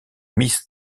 miss